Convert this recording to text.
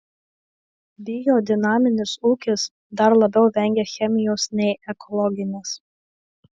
biodinaminis ūkis dar labiau vengia chemijos nei ekologinis